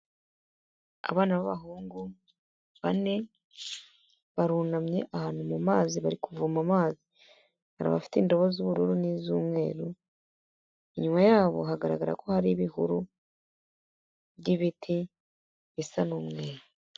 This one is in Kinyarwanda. Abana b'abahungu bane, barunamye ahantu mu mazi bari kuvoma amazi, hari abafite indobo z'ubururu n'iz'umweru, inyuma yabo hagaragara ko hari ibihuru by'ibiti bisa n'umweru.